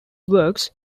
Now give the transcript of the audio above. works